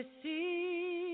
see